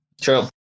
True